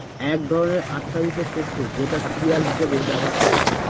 এক ধরনের আচ্ছাদিত শস্য যেটা সিরিয়াল হিসেবে ব্যবহার করা হয়